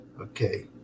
okay